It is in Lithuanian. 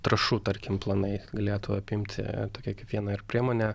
trąšų tarkim planai galėtų apimti kiekvieną ir priemonę